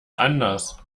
anders